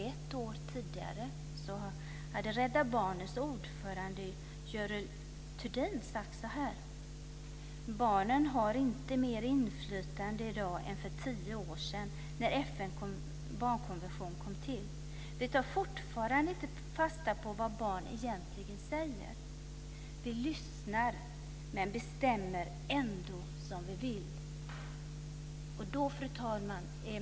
Ett år tidigare hade Rädda Barnens ordförande Görel Thurdin sagt: Barnen har inte mer inflytande i dag än för tio år sedan när FN:s barnkonvention kom till. Vi tar fortfarande inte fasta på vad barn egentligen säger. Vi lyssnar men bestämmer ändå som vi vill. Fru talman!